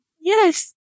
yes